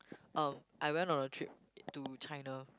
um I went on a trip to China